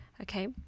Okay